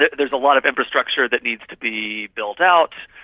there's a lot of infrastructure that needs to be built out,